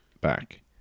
back